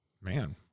Man